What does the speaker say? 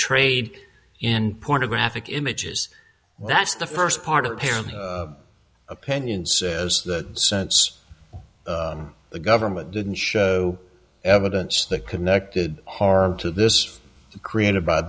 trade in pornographic images that's the first part apparently opinion says that sense the government didn't show evidence that connected hard to this created by